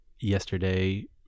yesterday